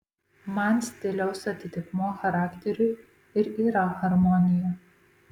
man stiliaus atitikmuo charakteriui ir yra harmonija